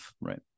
right